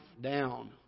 down